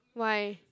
why